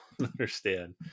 Understand